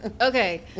Okay